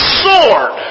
sword